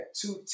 two